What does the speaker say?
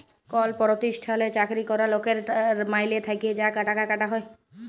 call পরতিষ্ঠালে চাকরি ক্যরা লকের মাইলে থ্যাকে যা টাকা কাটা হ্যয়